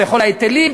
בכל ההיטלים,